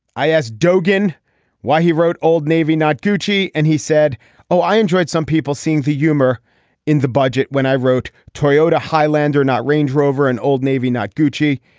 i asked dogan why he wrote old navy not kuchi and he said oh i enjoyed some people seeing the humor in the budget when i wrote toyota highlander not range rover and old navy not gucci.